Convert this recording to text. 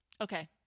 Okay